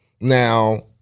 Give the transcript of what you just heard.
Now